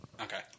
okay